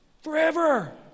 forever